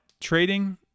trading